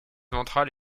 ventrale